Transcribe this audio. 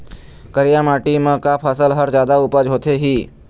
करिया माटी म का फसल हर जादा उपज होथे ही?